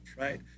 right